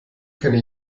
kenne